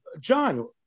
John